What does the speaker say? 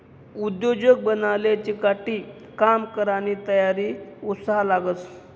उद्योजक बनाले चिकाटी, काम करानी तयारी, उत्साह लागस